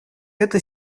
эту